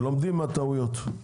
לומדים מהטעויות.